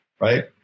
right